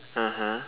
(uh huh)